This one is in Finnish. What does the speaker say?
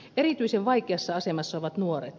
erityisen vaikeassa asemassa ovat nuoret